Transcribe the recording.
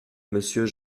monsieur